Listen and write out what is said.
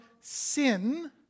sin